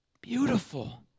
Beautiful